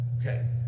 Okay